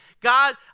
God